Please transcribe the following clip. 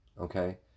Okay